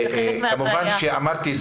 אמרתי,